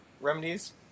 remedies